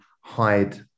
hide